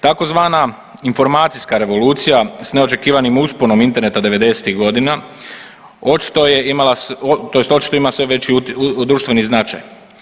Tzv. informacijska revolucija s neočekivanim usponom interneta devedesetih godina očito je imala tj. očito ima sve veći društveni značaj.